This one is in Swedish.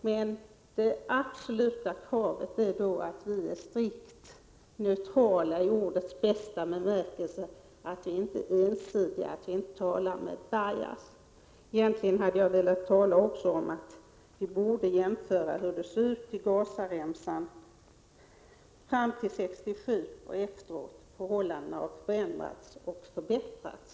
Men det absoluta kravet är då att vi är strikt neutrala i ordets bästa bemärkelse, att vi inte är ensidiga, att vi inte talar med bias. Egentligen hade jag också velat tala om att vi borde jämföra hur det sett ut i Gazaremsan fram till 1967 och efteråt. Förhållandena har förändrats och förbättrats.